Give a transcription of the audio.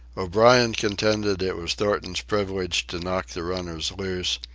o'brien contended it was thornton's privilege to knock the runners loose,